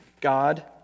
God